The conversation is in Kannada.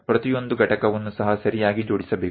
ಪ್ರತಿಯೊಂದು ಘಟಕವನ್ನು ಸಹ ಸರಿಯಾಗಿ ಜೋಡಿಸಬೇಕು